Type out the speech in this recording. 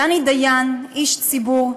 דני דיין, איש ציבור,